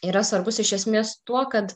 yra svarbus iš esmės tuo kad